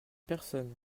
personne